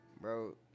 bro